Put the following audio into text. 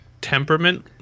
temperament